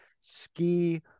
ski